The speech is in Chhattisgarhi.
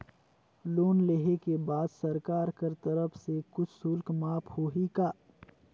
लोन लेहे के बाद सरकार कर तरफ से कुछ शुल्क माफ होही का?